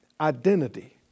identity